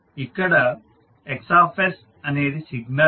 ఇక్కడ X అనేది signal